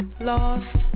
lost